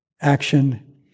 action